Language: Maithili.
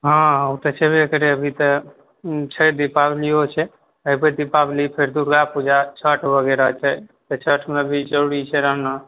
हँ ओ तऽ छेबै करै अभी तऽ छठि दीपावलियो छै एहि बेर दीपावली फेर दुर्गा पूजा छठि वगैरह छै छठिमे भी ज़रूरी छै रहना